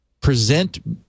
present